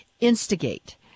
instigate